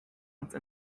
once